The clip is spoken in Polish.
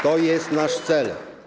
To jest nasz cel.